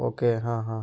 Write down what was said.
okay ആ ആ